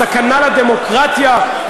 הסכנה לדמוקרטיה,